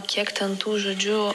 kiek ten tų žodžiu